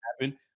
happen